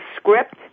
script